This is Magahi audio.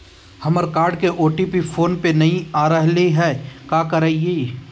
हमर कार्ड के ओ.टी.पी फोन पे नई आ रहलई हई, का करयई?